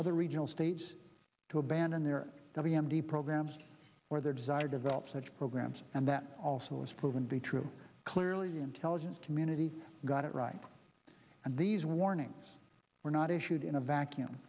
other regional states to abandon their w m d programs or their desire develop such programs and that also has proven to be true clearly the intelligence community got it right and these warnings were not issued in a vacuum